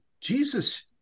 Jesus